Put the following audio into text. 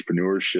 entrepreneurship